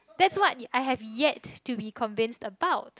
that's what I have yet to be convince about